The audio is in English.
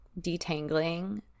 detangling